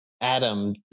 Adam